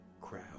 crowd